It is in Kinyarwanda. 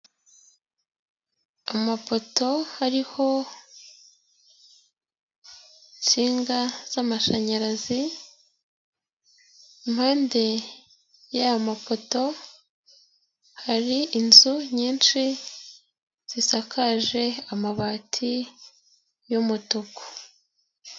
Amapoto hariho insinga z'amashanyarazi, impande y'aya mapoto, hari inzu nyinshi zisakaje amabati y'umutuku.